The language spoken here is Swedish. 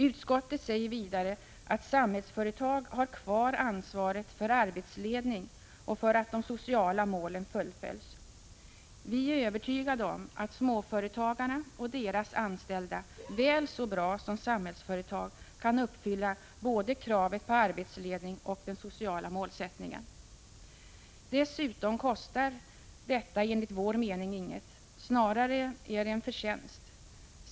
Utskottet säger vidare att Samhällsföretag har kvar ansvaret för arbetsledning och för att de sociala målen fullföljs. Vi är övertygade om att småföretagarna och deras anställda väl så bra som Samhällsföretag kan uppfylla både kravet på arbetsledning och den sociala målsättningen. Dessutom kostar detta enligt vår mening inget, snarare är det en förtjänst.